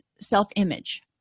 self-image